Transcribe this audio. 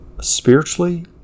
spiritually